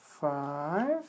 five